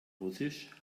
russisch